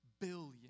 billion